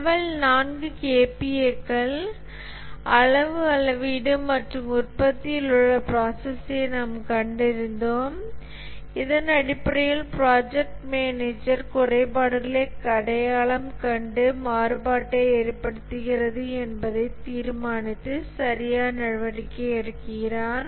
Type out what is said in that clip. level 4 KPA இல் அளவு அளவீடு மற்றும் உற்பத்தியில் உள்ள ப்ராசஸ்ஸை நாம் கண்டறிந்தோம் இதன் அடிப்படையில் பிராஜக்ட் மேனேஜர் குறைபாடுகளை அடையாளம் கண்டு மாறுபாட்டை ஏற்படுத்துகிறது என்பதை தீர்மானித்து சரியான நடவடிக்கை எடுக்கிறார்